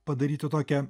padaryti tokią